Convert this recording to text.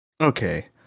Okay